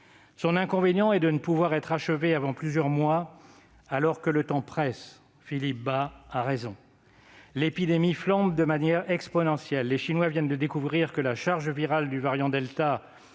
ne pourra être menée à son terme avant plusieurs mois, alors que le temps presse- Philippe Bas a raison. L'épidémie flambe de manière exponentielle. Les Chinois viennent de découvrir que la charge virale du variant delta